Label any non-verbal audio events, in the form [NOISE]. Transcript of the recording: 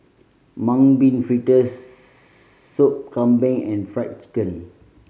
Mung Bean Fritters [UNINTELLIGIBLE] Sop Kambing and Fried Chicken